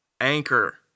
anchor